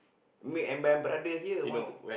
me I'm my brother here I want to